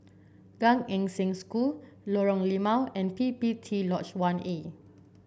Gan Eng Seng School Lorong Limau and P P T Lodge One A